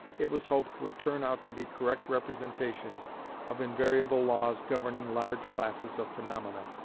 it was hoped would turn out to be correct representations of invariable laws governing large classes of phaenomena.